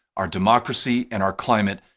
our democracy and our climate,